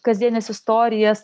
kasdienes istorijas